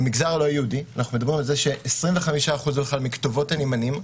במגזר הלא יהודי אנחנו מדברים על זה ש-25% מכתובות הנמענים,